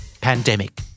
Pandemic